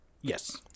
Yes